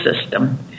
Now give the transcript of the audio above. system